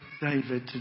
David